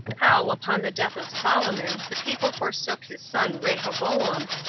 how, upon the death of solomon the people forsook his son rehoboam,